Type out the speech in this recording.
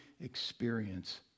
experience